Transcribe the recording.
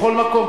בכל מקום,